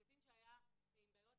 זה קטין שהיה עם בעיות